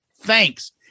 Thanks